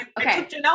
okay